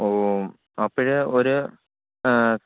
ഓ അപ്പോള് ഒരു